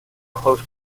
close